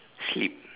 sleep